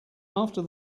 after